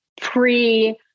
pre